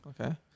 okay